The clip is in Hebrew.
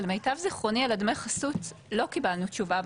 אבל למיטב זכרוני על דמי החסות לא קיבלנו תשובה.